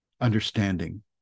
understanding